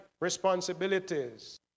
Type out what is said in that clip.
responsibilities